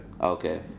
Okay